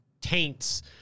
taints